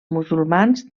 musulmans